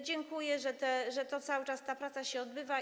Dziękuję za to, że cały czas ta praca się odbywa.